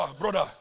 Brother